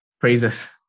praises